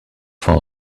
for